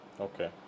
Okay